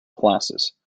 classes